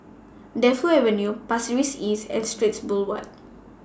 Defu Avenue Pasir Ris East and Straits Boulevard